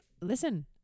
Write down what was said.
Listen